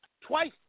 twice